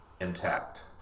intact